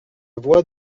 voix